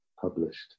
published